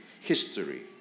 history